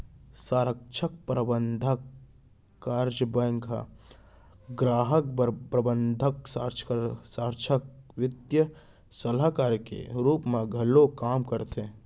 संरक्छक, परबंधक, कारज बेंक ह गराहक बर प्रबंधक, संरक्छक, बित्तीय सलाहकार के रूप म घलौ काम करथे